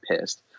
pissed